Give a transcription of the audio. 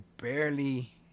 barely